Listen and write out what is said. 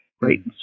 Right